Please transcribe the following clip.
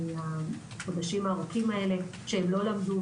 החודשים הארוכים האלה שהם למדו,